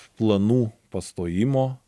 planų pastojimo